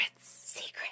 Secrets